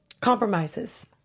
compromises